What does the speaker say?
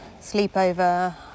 sleepover